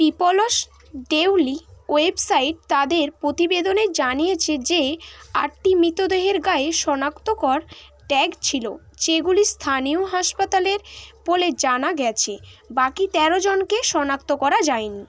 people's daily website তাদের প্রতিবেদনে জানিয়েছে যে আটটি মৃতদেহের গায়ে শনাক্তকরণ ট্যাগ ছিল যেগুলো স্থানীয় হাসপাতালের বলে জানা গেছে বাকি তেরো জনকে শনাক্ত করা যায় নি